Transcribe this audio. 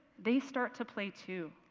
they start to play, too.